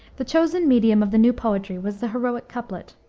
the chosen medium of the new poetry was the heroic couplet.